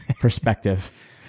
perspective